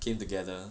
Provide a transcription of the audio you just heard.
came together